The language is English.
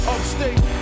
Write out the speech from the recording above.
Upstate